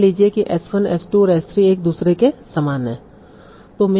मान लीजिए कि S 1 S 2 और S 3 एक दूसरे के समान हैं